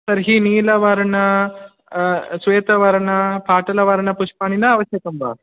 तर्हि नीलवर्ण श्वेतवर्ण पाटलवर्णपुष्पाणि न आवश्यकं वा